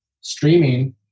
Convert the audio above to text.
streaming